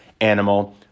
animal